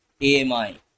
AMI